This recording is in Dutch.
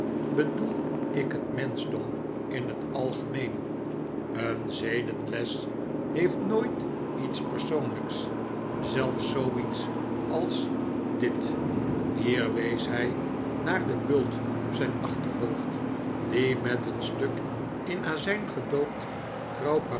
bedoel ik het menschdom in het algemeen een zedenles heeft nooit iets persoonlijks zelfs zooiets als dit hier wees hij naar den bult op zijn achterhoofd die met een stuk in azijn gedoopt grauw